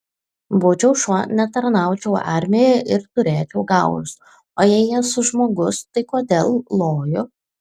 būčiau šuo netarnaučiau armijoje ir turėčiau gaurus o jei esu žmogus tai kodėl loju